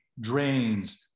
drains